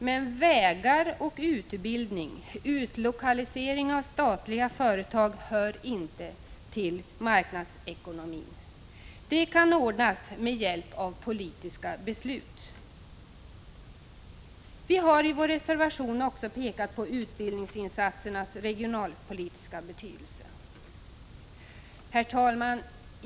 Men vägar, utbildning och utlokalisering av statliga företag hör inte till marknadsekonomin. Detta kan ordnas med hjälp av politiska beslut. Vi har i vår reservation också pekat på utbildningsinsatsernas regionalpolitiska betydelse. Herr talman!